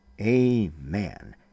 Amen